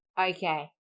Okay